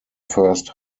first